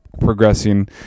progressing